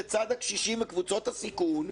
לצד הקשישים וקבוצות הסיכון,